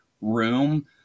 room